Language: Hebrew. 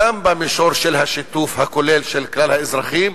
גם במישור של השיתוף הכולל של כלל האזרחים,